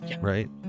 Right